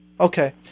Okay